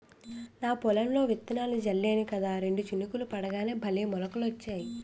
నా పొలంలో విత్తనాలు జల్లేను కదా రెండు చినుకులు పడగానే భలే మొలకలొచ్చాయి